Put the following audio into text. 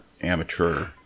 amateur